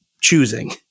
choosing